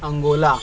Angola